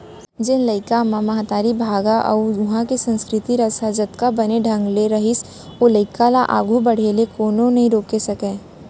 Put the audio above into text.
जेन लइका म महतारी भाखा अउ उहॉं के संस्कृति रस ह जतका बने ढंग ले रसही ओ लइका ल आघू बाढ़े ले कोनो नइ रोके सकयँ